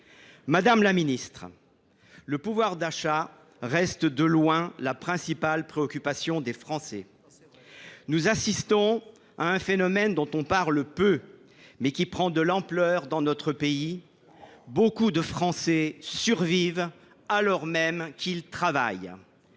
Madame la ministre, le pouvoir d’achat reste de loin la principale préoccupation des Français. Nous assistons à un phénomène dont on parle peu, mais qui prend de l’ampleur dans notre pays : beaucoup de Français ne font que survivre, alors même qu’ils travaillent.